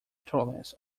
tolerance